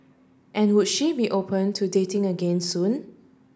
and would she be open to dating again soon